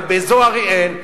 אבל באזור אריאל,